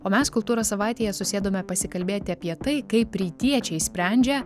o mes kultūros savaitėje susėdome pasikalbėti apie tai kaip rytiečiai sprendžia